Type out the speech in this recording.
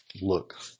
look